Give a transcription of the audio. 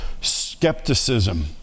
skepticism